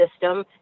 system